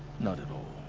not at all.